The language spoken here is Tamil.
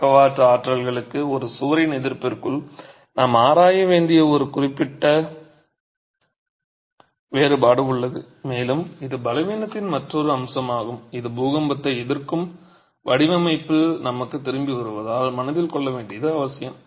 பக்கவாட்டு ஆற்றல்களுக்கு ஒரு சுவரின் எதிர்ப்பிற்குள் நாம் ஆராய வேண்டிய ஒரு குறிப்பிட்ட வேறுபாடு உள்ளது மேலும் இது பலவீனத்தின் மற்றொரு அம்சமாகும் இது பூகம்பத்தை எதிர்க்கும் வடிவமைப்பில் நமக்குத் திரும்பி வருவதால் மனதில் கொள்ள வேண்டியது அவசியம்